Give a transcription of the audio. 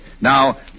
Now